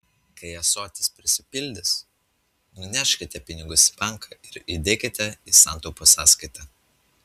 kai ąsotis prisipildys nuneškite pinigus į banką ir įdėkite į santaupų sąskaitą